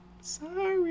Sorry